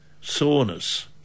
soreness